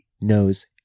knows